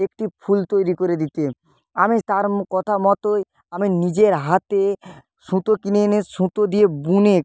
একটি ফুল তৈরি করে দিতে আমি তার ম কথা মতোই আমি নিজের হাতে সুতো কিনে এনে সুতো দিয়ে বুনে